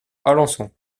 alençon